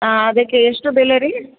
ಹಾಂ ಅದಕ್ಕೆ ಎಷ್ಟು ಬೆಲೆ ರೀ